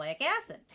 acid